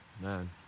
man